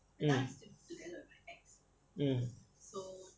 mm mm